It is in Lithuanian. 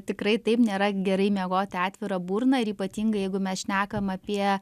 tikrai taip nėra gerai miegoti atvira burna ir ypatingai jeigu mes šnekam apie